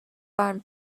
barn